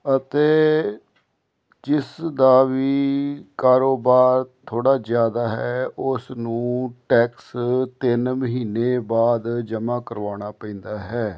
ਅਤੇ ਜਿਸਦਾ ਵੀ ਕਾਰੋਬਾਰ ਥੋੜ੍ਹਾ ਜ਼ਿਆਦਾ ਹੈ ਉਸਨੂੰ ਟੈਕਸ ਤਿੰਨ ਮਹੀਨੇ ਬਾਅਦ ਜਮ੍ਹਾਂ ਕਰਵਾਉਣਾ ਪੈਂਦਾ ਹੈ